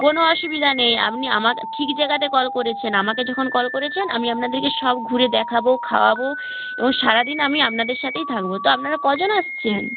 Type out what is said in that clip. কোনও অসুবিধা নেই আপনি আমা ঠিক জায়গাতে কল করেছেন আমাকে যখন কল করেছেন আমি আপনাদেরকে সব ঘুরে দেখাব খাওয়াব এবং সারা দিন আমি আপনাদের সাথেই থাকব তো আপনারা ক জন আসছেন